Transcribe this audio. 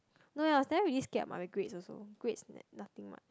no leh I was never really scared of my grades also grades nothing much